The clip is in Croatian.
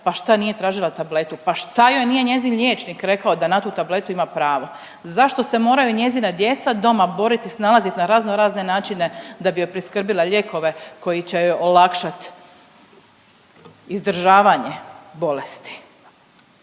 pa šta nije tražila tabletu. Pa šta joj nije njezin liječnik rekao da na tu tabletu ima pravo? Zašto se moraju njezina djeca doma boriti i snalaziti na razno razne načine da bi joj priskrbila lijekove koji će joj olakšati izdržavanje bolesti.